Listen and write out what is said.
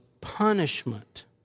punishment